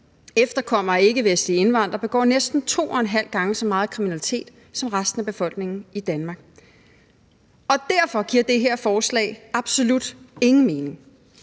Efterkommere af ikkevestlige indvandrere begår næsten to en halv gang så meget kriminalitet som resten af befolkningen i Danmark. Og derfor giver det her forslag absolut ingen mening.